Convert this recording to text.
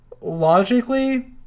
logically